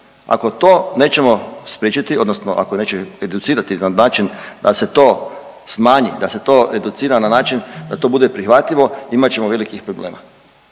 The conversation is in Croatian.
Ako to nećemo spriječiti, odnosno ako neće educirati na način da se to smanji, da se to educira na način da bude prihvatljivo imat ćemo velikih problema.